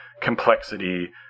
complexity